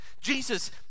Jesus